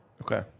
Okay